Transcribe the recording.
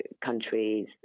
countries